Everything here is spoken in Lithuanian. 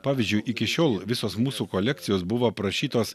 pavyzdžiui iki šiol visos mūsų kolekcijos buvo aprašytos